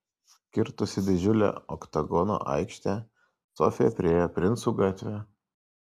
kirtusi didžiulę oktagono aikštę sofija priėjo princų gatvę